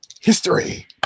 History